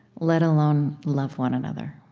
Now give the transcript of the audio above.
let alone love one another.